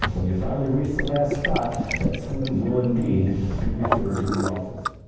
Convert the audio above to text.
when you finally reach the last spot that student will indeed be referred to the office.